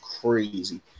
crazy